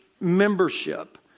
membership